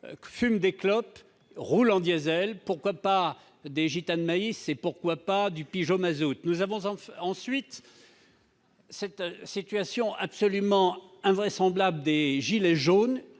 fume des clopes »,« roule en diesel ». Pourquoi pas des Gitanes maïs et pourquoi pas des « Pigeot mazout »? Nous avons ensuite cette situation absolument invraisemblable des « gilets jaunes